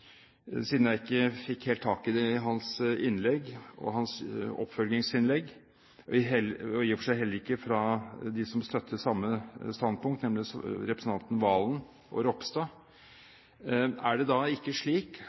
siden jeg ikke fikk helt tak i det i hans innlegg og i hans oppfølgingsinnlegg, og i og for seg heller ikke hos dem som støtter samme standpunkt, nemlig representantene Serigstad Valen og Ropstad: Er det ikke slik